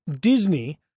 Disney